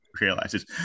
realizes